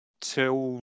till